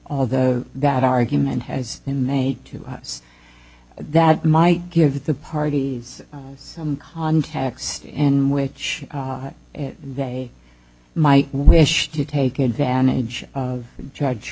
although that argument has been made to us that might give the parties some context in which they might wish to take advantage of judge